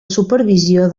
supervisió